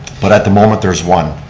but at the moment there's one.